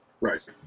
Right